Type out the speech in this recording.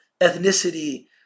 ethnicity